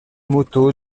moto